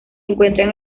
encuentran